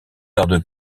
tarde